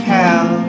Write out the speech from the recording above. hell